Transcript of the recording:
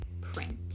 print